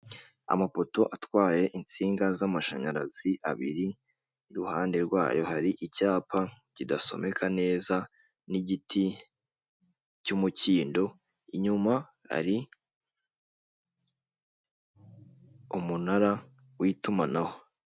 Amapoto atwaye insinga z'amashanyarazi abiri, iruhande rwayo hari icyapa kidasomeka neza n'igiti cy'umukindo, inyuma hari umunara w'itumanaho.